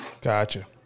Gotcha